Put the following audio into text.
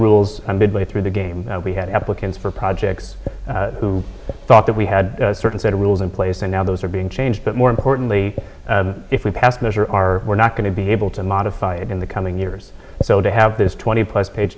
rules and midway through the game we had applicants for projects who thought that we had a certain set of rules in place and now those are being changed but more importantly if we pass a measure are we're not going to be able to modify it in the coming years so to have this twenty plus page